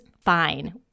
fine